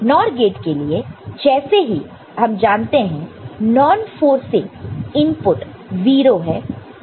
NOR gate के लिए जैसे की हम जानते हैं 0 नॉन फोर्ससिंग इनपुट है